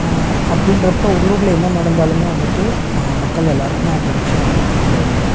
அப்டின்றப்போ உள்ளூரில் என்ன நடந்தாலும் வந்துட்டு மக்கள் எல்லாருக்கும் அந்த விஷயம் வந்து தெரிய வரும்